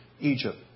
Egypt